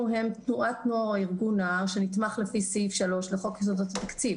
הם תנועת נוער או ארגון נוער שנתמך לפי סעיף 3 לחוק יסודות התקציב.